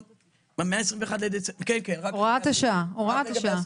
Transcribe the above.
הוראת השעה.